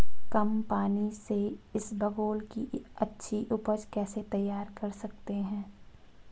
कम पानी से इसबगोल की अच्छी ऊपज कैसे तैयार कर सकते हैं?